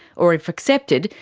or, if accepted,